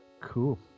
cool